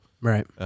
Right